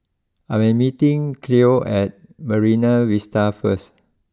I am meeting Cleo at Marine Vista first